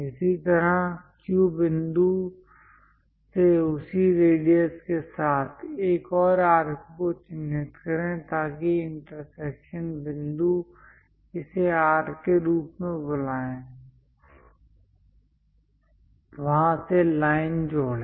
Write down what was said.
इसी तरह Q बिंदु से उसी रेडियस के साथ एक और आर्क को चिह्नित करें ताकि इंटरसेक्शन बिंदु इसे R के रूप में बुलाएं वहां से लाइन जोड़ें